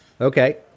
Okay